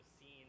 seen